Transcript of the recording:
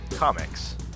Comics